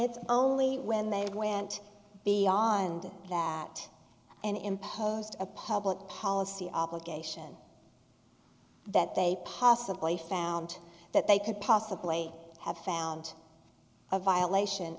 it's only when they went beyond that and imposed a public policy obligation that they possibly found that they could possibly have found a violation